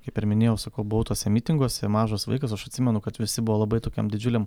kaip ir minėjau sakau buvau tuose mitinguose mažas vaikas aš atsimenu kad visi buvo labai tokiam didžiuliam